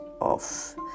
off